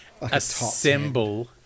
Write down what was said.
assemble